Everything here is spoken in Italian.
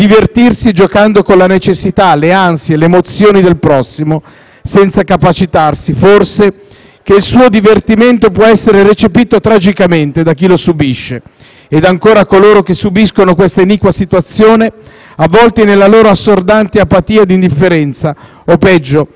senza capacitarsi (FORSE) che il suo divertimento può essere recepito tragicamente da chi lo subisce, ed ancora a coloro che subiscono questa iniqua situazione avvolti nella loro assordante apatia ed indifferenza o, peggio, a coloro che la aggravano con la loro cinica e supponente cupidigia».